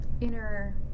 inner